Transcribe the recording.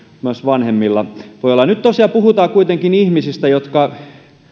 myös vanhemmilla nyt tosiaan puhutaan kuitenkin ihmisistä jotka